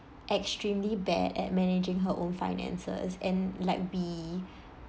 extremely bad at managing her own finances and like we